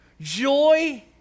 Joy